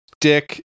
Dick